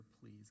please